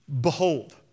Behold